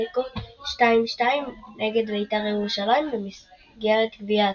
בתיקו 2–2 נגד בית"ר ירושלים במסגרת גביע הטוטו.